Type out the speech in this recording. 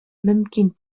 мөмкин